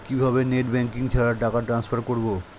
কিভাবে net banking ছাড়া টাকা টান্সফার করব?